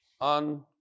on